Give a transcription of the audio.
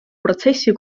protsessi